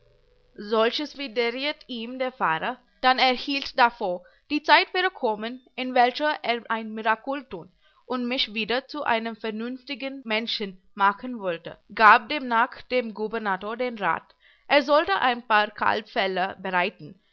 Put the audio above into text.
solches widerriet ihm der pfarrer dann er hielt davor die zeit wäre kommen in welcher er ein mirakul tun und mich wieder zu einem vernünftigen menschen machen wollte gab demnach dem gubernator den rat er sollte ein paar kalbfelle bereiten